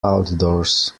outdoors